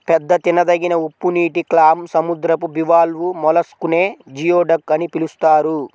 పెద్ద తినదగిన ఉప్పునీటి క్లామ్, సముద్రపు బివాల్వ్ మొలస్క్ నే జియోడక్ అని పిలుస్తారు